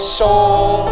soul